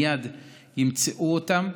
מייד ימצאו אותו.